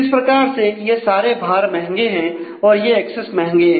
किस प्रकार से यह सारे भार महंगे हैं और यह एक्सेस महंगे हैं